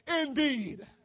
indeed